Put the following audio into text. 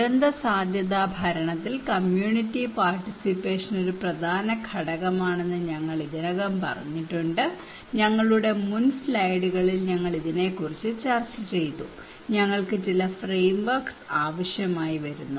ദുരന്തസാധ്യതാ ഭരണത്തിൽ community participation ഒരു പ്രധാന ഘടകമാണെന്ന് ഞങ്ങൾ ഇതിനകം പറഞ്ഞിട്ടുണ്ട് ഞങ്ങളുടെ മുൻ സ്ലൈഡുകളിൽ ഞങ്ങൾ ഇതിനെ കുറിച്ച് ചർച്ച ചെയ്തു ഞങ്ങൾക്ക് ചില ഫ്രെയിംവർക് ആവശ്യമായി വരുന്നു